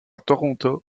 toronto